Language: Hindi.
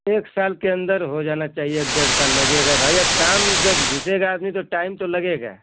एक साल के अंदर हो जाना चाहिए डेढ़ साल लगेगा भाई अब काम जब घुसेगा आदमी तब टाइम तो लगेगा